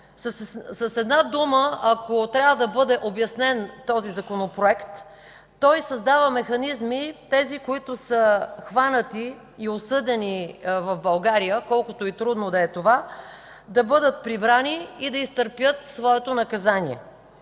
С една дума, ако трябва да бъде обяснен този Законопроект, той създава механизми – тези, които са хванати и осъдени в България, колкото и трудно да е това, да бъдат прибрани и да изтърпят своето наказание.